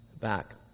back